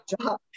job